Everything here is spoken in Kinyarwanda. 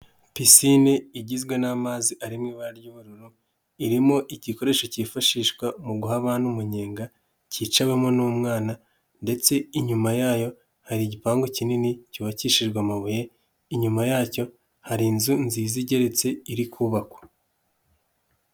Pisine igizwe n'amazi arimo ibara ry'ubururu, irimo igikoresho kifashishwa mu guhaba n'umuyenga cyicawemo n'umwana, ndetse inyuma yayo hari igipangu kinini cyubakishijwe amabuye; inyuma yacyo hari inzu nziza igeretse iri kubakwa.